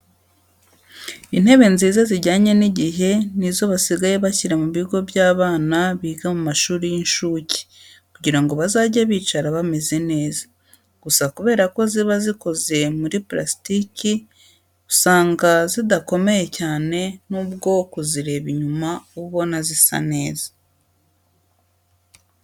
Intebe nziza zijyanye n'igihe ni zo basigaye bashyira mu bigo by'abana biga mu mashuri y'inshuke kugira ngo bazajye bicara bameze neza. Gusa kubera ko ziba zikoze muri parasitike usanga zidakomeye cyane nubwo kuzireba inyuma uba ubona zisa neza.